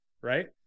right